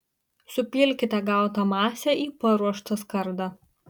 supilkite gautą masę į paruoštą skardą